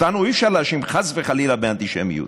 אותנו אי-אפשר להאשים, חס וחלילה, באנטישמיות.